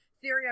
theory